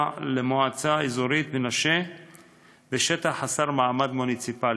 למועצה האזורית מנשה ושטח חסר מעמד מוניציפלי,